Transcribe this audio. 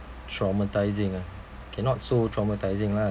traumatising ah cannot so traumatising lah